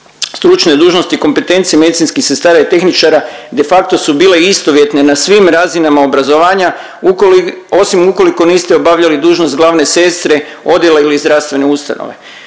stručne dužnosti i kompetencije medicinskih sestara i tehničara de facto su bile istovjetne na svim razinama obrazovanja ukol… osim ukoliko niste obavljali dužnost glavne sestre odjela ili zdravstvene ustanove.